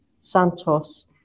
santos